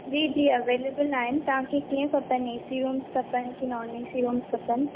जी जी अवैलेबल आहिनि तव्हां खे कीअं खपनि ए सी रूम्स कि नॉन ए सी रूम्स खपनि